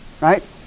Right